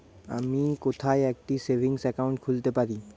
আমি কোথায় একটি সেভিংস অ্যাকাউন্ট খুলতে পারি?